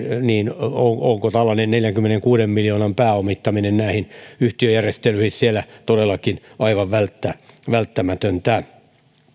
onko tällainen neljänkymmenenkuuden miljoonan pääomittaminen näihin yhtiöjärjestelyihin siellä todellakin aivan välttämätöntä